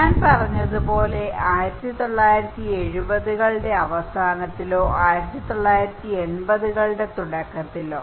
ഞാൻ പറഞ്ഞതുപോലെ1970 കളുടെ അവസാനത്തിലോ 1980 കളുടെ തുടക്കത്തിലോ